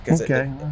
Okay